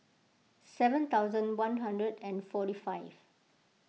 seven thousand one hundred and forty five